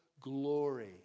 glory